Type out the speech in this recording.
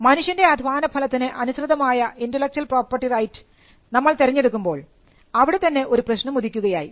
മനുഷ്യൻറെ അധ്വാന ഫലത്തിന് അനുസൃതമായ ഇന്റെലക്ച്വൽ പ്രോപ്പർട്ടി റൈറ്റ് നമ്മൾ തിരഞ്ഞെടുക്കുമ്പോൾ അവിടെത്തന്നെ ഒരു പ്രശ്നം ഉദിക്കുകയായി